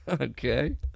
Okay